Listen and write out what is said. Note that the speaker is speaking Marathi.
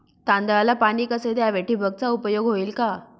तांदळाला पाणी कसे द्यावे? ठिबकचा उपयोग होईल का?